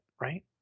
right